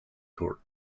court